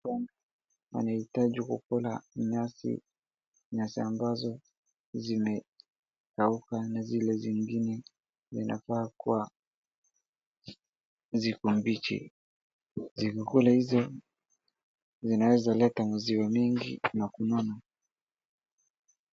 Ng'ombe wanahitaji kukula nyasi ambazo zimekauka na zile zingine zinafaa kuwa ziko mbichi. Zikikula hizo zinaweza leta maziwa mingi na kunona.